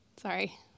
sorry